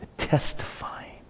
testifying